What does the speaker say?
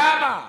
למה?